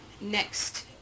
next